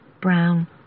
brown